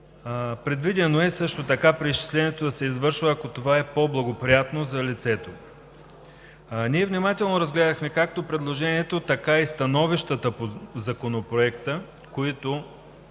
Предвидено е също така преизчислението да се извършва, ако това е по-благоприятно за лицето. Ние внимателно разгледахме както предложението, така и становищата по Законопроекта, които